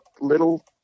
little